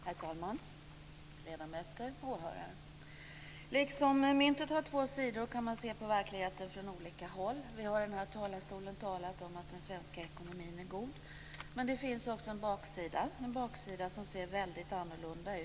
Herr talman! Ledamöter, åhörare! Liksom myntet har två sidor kan man se på verkligheten från olika håll. Vi har i den här talarstolen talat om att den svenska ekonomin är god, men det finns också en baksida, som ser annorlunda ut.